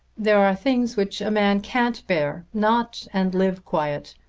there are things which a man can't bear not and live quiet.